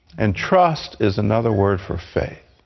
and trust is another word for faith.